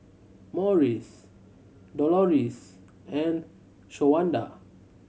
Morris Doloris and Shawanda